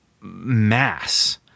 mass